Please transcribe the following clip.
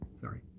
sorry